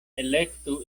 elektu